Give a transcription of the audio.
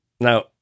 Now